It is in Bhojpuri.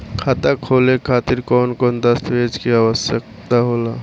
खाता खोले खातिर कौन कौन दस्तावेज के आवश्यक होला?